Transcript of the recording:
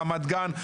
רמת-גן,